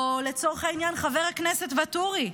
או, לצורך העניין, חבר הכנסת ואטורי,